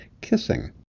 kissing